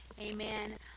amen